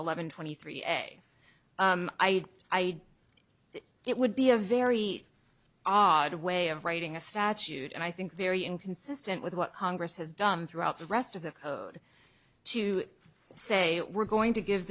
eleven twenty three a i it would be a very odd way of writing a statute and i think very inconsistent with what congress has done throughout the rest of the code to say we're going to give